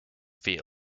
field